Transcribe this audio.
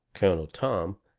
colonel tom,